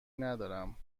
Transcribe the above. ندارم